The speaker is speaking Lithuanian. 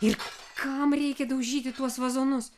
ir kam reikia daužyti tuos vazonus